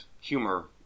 humor